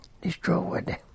destroyed